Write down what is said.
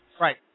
Right